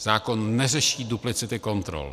Zákon neřeší duplicity kontrol.